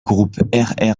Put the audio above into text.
groupe